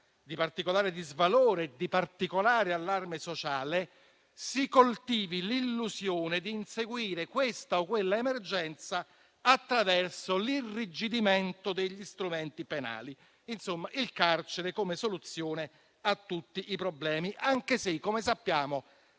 di particolare disvalore e di particolare allarme sociale, si coltivi l'illusione di inseguire questa o quella emergenza attraverso l'irrigidimento degli strumenti penali. Insomma, il carcere come soluzione a tutti i problemi, anche se, come sappiamo,